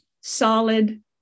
solid